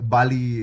Bali